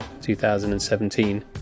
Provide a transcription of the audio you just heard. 2017